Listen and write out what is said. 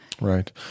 Right